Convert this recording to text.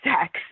sex